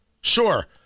Sure